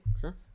sure